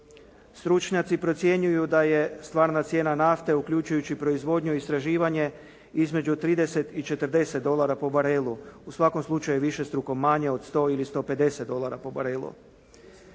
Stručnjaci procjenjuju da je stvarna cijena nafte uključujući proizvodnju i istraživanje između 30 i 40 dolara po barelu, u svakom slučaju višestruko manje od 100 ili 150 dolara po barelu.